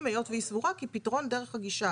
היות והיא סבורה שפתרון דרך הגישה